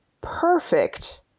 perfect